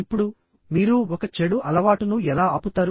ఇప్పుడు మీరు ఒక చెడు అలవాటును ఎలా ఆపుతారు